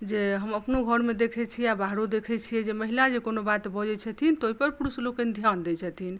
जे हम अपनो घरमे देखैत छियै आ बाहरो देखैत छियै जे महिला जे कोनो बात बजैत छथिन तऽ ओहिपर पुरुष लोकनि ध्यान दैत छथिन